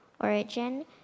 origin